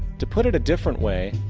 to put it a different way,